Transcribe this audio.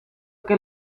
que